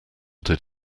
did